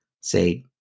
say